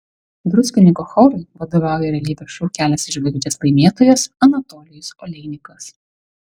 druskininkų chorui vadovauja realybės šou kelias į žvaigždes laimėtojas anatolijus oleinikas